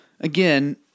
again